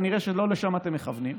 כנראה שלא לשם אתם מכוונים.